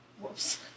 Whoops